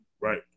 Right